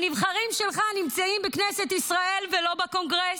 הנבחרים שלך נמצאים בכנסת ישראל ולא בקונגרס.